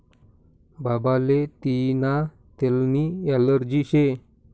बाबाले तियीना तेलनी ॲलर्जी शे